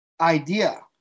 idea